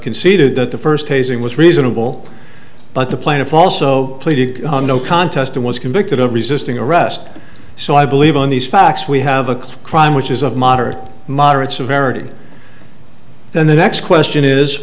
conceded that the first hazing was reasonable but the plaintiff also pleaded no contest and was convicted of resisting arrest so i believe on these facts we have a crime which is of moderate moderates a varity then the next question is